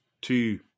two